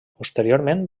posteriorment